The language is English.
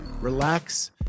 relax